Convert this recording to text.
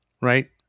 right